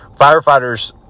firefighters